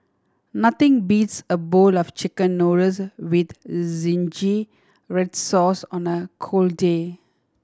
nothing beats a bowl of Chicken Noodles with zingy red sauce on a cold day